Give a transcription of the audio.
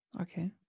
Okay